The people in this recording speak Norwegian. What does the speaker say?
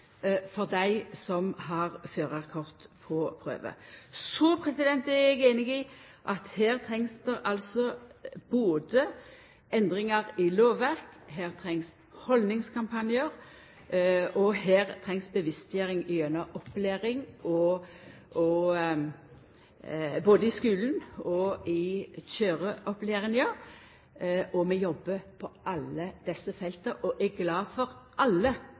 for dei som har førarkort på prøve. Så er eg einig i at her trengst det både endringar i lovverk, her trengst haldningskampanjar, og her trengst bevisstgjering gjennom opplæring – både i skulen og i kjøreopplæringa. Vi jobbar på alle desse felta og er glade for alle